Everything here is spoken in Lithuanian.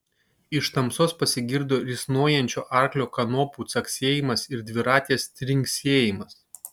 iš tamsos pasigirdo risnojančio arklio kanopų caksėjimas ir dviratės trinksėjimas